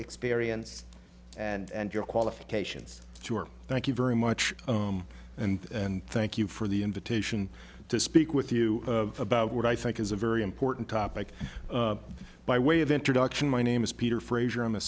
experience and your qualifications thank you very much and thank you for the invitation to speak with you about what i think is a very important topic by way of introduction my name is peter frazier i'm a